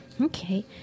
Okay